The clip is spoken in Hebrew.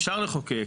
אפשר לחוקק.